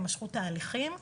הימשכות ההליכים וכו'.